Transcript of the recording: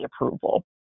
approval